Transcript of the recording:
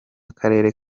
akarere